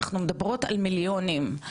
אנחנו מדברות על מיליונים,